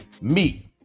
meet